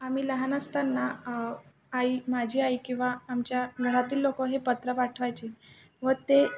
आम्ही लहान असताना आई माझी आई किंवा आमच्या घरातील लोक हे पत्र पाठवायचे व ते